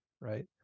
right